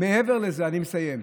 אני מסיים.